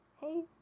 hey